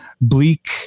bleak